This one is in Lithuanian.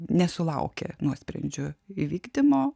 nesulaukė nuosprendžio įvykdymo